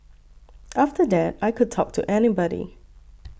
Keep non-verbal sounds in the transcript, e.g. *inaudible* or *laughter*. *noise* after that I could talk to anybody